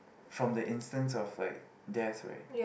from the instance of like death right